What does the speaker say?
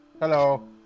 Hello